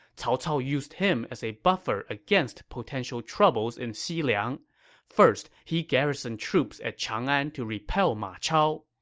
cao cao used him as a buffer against potential troubles in xiliang. first, he garrisoned troops at chang'an to repel ma chao.